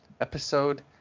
Episode